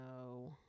no